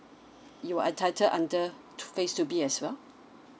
you are entitled under t~ phase two B as well